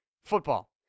football